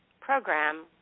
program